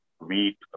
wheat